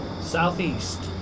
Southeast